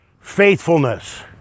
faithfulness